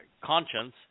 conscience